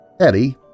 Eddie